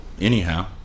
anyhow